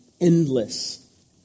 endless